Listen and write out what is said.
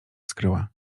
skryła